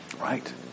Right